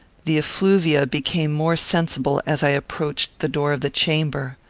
the effluvia became more sensible as i approached the door of the chamber.